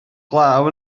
glaw